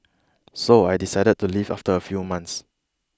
so I decided to leave after a few months